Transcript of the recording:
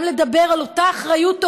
גם לדבר על אותה אחריות הורית.